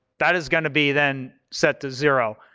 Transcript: that is going to be then set to zero.